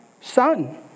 Son